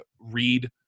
read